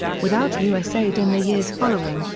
without u s. aid in the years following,